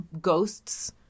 ghosts